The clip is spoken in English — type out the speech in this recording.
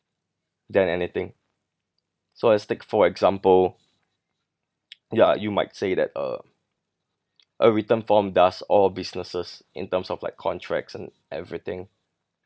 than anything so let's take for example ya you might say that a a written form does or businesses in terms of like contracts and everything